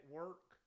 work